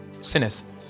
sinners